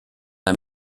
ein